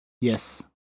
Yes